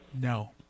No